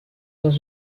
dans